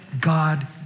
God